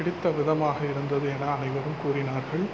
பிடித்த விதமாக இருந்தது என அனைவரும் கூறினார்கள்